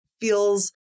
feels